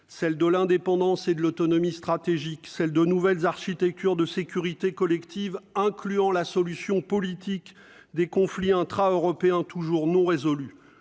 celle de l'indépendance et de l'autonomie stratégique, celle de nouvelles architectures de sécurité collective incluant la solution politique des conflits intra-européens, toujours non résolu,